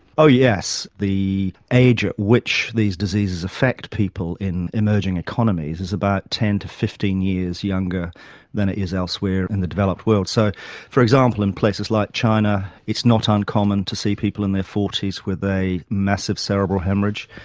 oh yes. the age at which these diseases affect people in emerging economies is about ten to fifteen years younger than it is elsewhere in the developed world. so for example in places like china it's not uncommon to see people in their forty s with a massive cerebral haemorrhage.